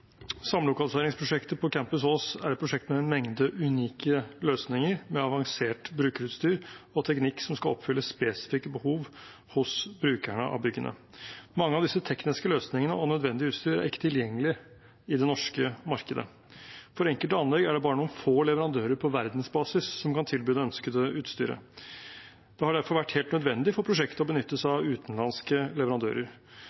Samlokaliseringsprosjektet på Campus Ås er et prosjekt med en mengde unike løsninger med avansert brukerutstyr og teknikk som skal oppfylle spesifikke behov hos brukerne av byggene. Mange av disse tekniske løsningene og nødvendig utstyr er ikke tilgjengelig i det norske markedet. For enkelte anlegg er det bare noen få leverandører på verdensbasis som kan tilby det ønskede utstyret. Det har derfor vært helt nødvendig for prosjektet å benytte seg